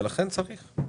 לכן צריך.